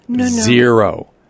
Zero